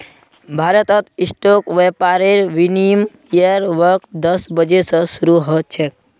भारतत स्टॉक व्यापारेर विनियमेर वक़्त दस बजे स शरू ह छेक